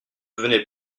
venait